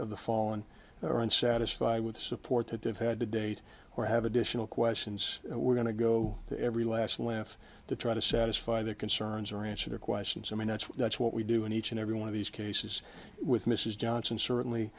of the fallen are unsatisfied with the support to defy had to date or have additional questions we're going to go to every last laugh to try to satisfy their concerns or answer their questions i mean that's that's what we do in each and every one of these cases with mrs johnson certainly